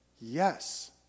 Yes